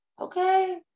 okay